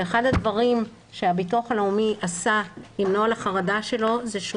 ואחד הדברים שהביטוח הלאומי עשה עם נוהל החרדה שלו זה שהוא